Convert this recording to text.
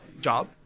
job